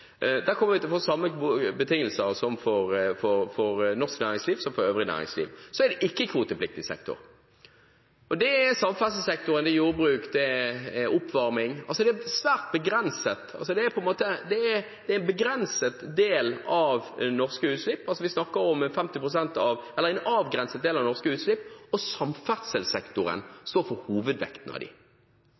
Der kommer vi til å få de samme betingelsene for norsk næringsliv som for øvrig næringsliv. Så er det ikke-kvotepliktig sektor: Det er samferdselssektoren, jordbruk og oppvarming. Det er altså svært begrenset. Det er en avgrenset del av norske utslipp, og samferdselssektoren står for hovedvekten av